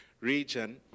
region